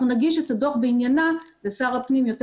אנחנו נגיש את הדוח בעניינה לשר הפנים יותר